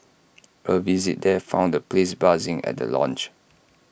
A visit there found the place buzzing at the launch